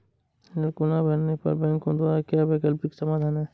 ऋण को ना भरने पर बैंकों द्वारा क्या वैकल्पिक समाधान हैं?